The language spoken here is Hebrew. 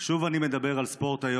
שוב אני מדבר על ספורט,